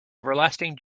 everlasting